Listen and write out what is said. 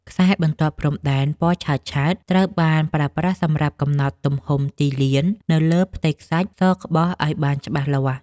ខ្សែបន្ទាត់ព្រំដែនពណ៌ឆើតៗត្រូវបានប្រើប្រាស់សម្រាប់កំណត់ទំហំទីលាននៅលើផ្ទៃខ្សាច់សក្បុសឱ្យបានច្បាស់លាស់។